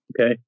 okay